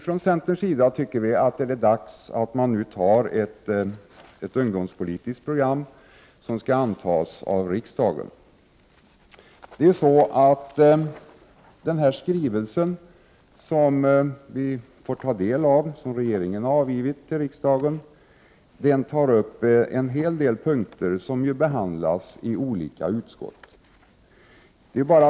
Från centerns sida anser vi att det är dags att riksdagen nu antar ett ungdomspolitiskt program. Den skrivelse som regeringen har avgivit till riksdagen omfattar en hel del punkter som behandlas i olika utskott.